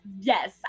Yes